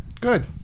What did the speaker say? Good